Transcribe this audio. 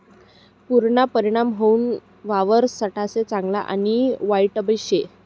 पुरना परिणाम हाऊ वावरससाठे चांगला आणि वाईटबी शे